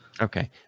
Okay